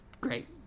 Great